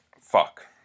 Fuck